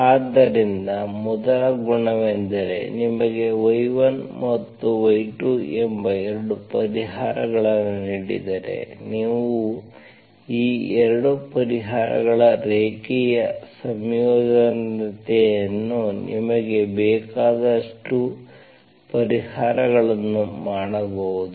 ಆದ್ದರಿಂದ ಮೊದಲ ಗುಣವೆಂದರೆ ನಿಮಗೆ y1 ಮತ್ತು y2 ಎಂಬ 2 ಪರಿಹಾರಗಳನ್ನು ನೀಡಿದರೆ ನೀವು ಈ 2 ಪರಿಹಾರಗಳ ರೇಖೀಯ ಸಂಯೋಜನೆಯಂತೆ ನಿಮಗೆ ಬೇಕಾದಷ್ಟು ಪರಿಹಾರಗಳನ್ನು ಮಾಡಬಹುದು